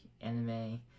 anime